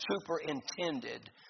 superintended